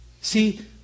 See